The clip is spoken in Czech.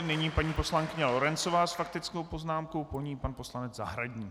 Nyní paní poslankyně Lorencová s faktickou poznámkou, po ní pan poslanec Zahradník.